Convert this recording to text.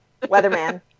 weatherman